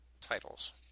titles